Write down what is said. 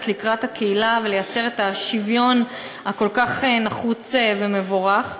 לקראת הקהילה ולייצר את השוויון הכל-כך נחוץ ומבורך.